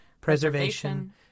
preservation